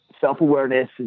self-awareness